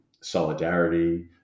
solidarity